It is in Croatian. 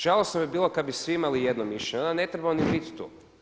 Žalosno bi bilo kad bi svi imali jedno mišljenje, onda ne trebamo ni biti tu.